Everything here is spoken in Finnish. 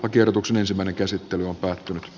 tiedotuksen ensimmäinen käsittely on päättynyt